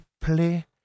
play